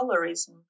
colorism